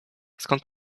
skąd